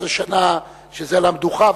13 שנה זה על המדוכה.